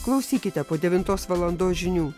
klausykite po devintos valandos žinių